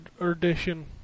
edition